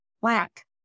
Black